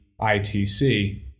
ITC